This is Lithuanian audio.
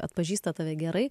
atpažįsta tave gerai